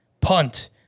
punt